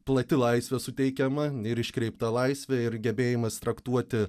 plati laisvė suteikiama ir iškreipta laisvė ir gebėjimas traktuoti